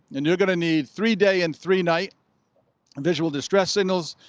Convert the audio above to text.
and you're going to need three day and three night visual distress signals.